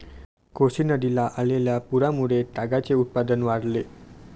कोसी नदीला आलेल्या पुरामुळे तागाचे उत्पादन वाढले